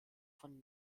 von